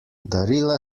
darila